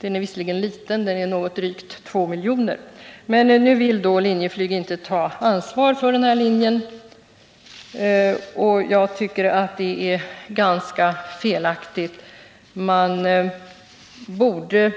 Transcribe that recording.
Den är visserligen liten, drygt 2 miljoner, men nu vill Linjeflyg inte ta ansvaret för denna linje. Jag tycker det är felaktigt. Man borde